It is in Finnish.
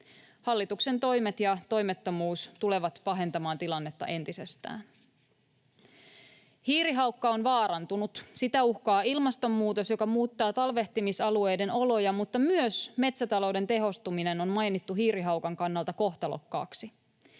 Hallituksen toimet ja toimettomuus tulevat pahentamaan tilannetta entisestään. Hiirihaukka on vaarantunut. Sitä uhkaa ilmastonmuutos, joka muuttaa talvehtimisalueiden oloja, mutta myös metsätalouden tehostuminen on mainittu hiirihaukan kannalta kohtalokkaaksi.